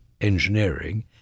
engineering